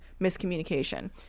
miscommunication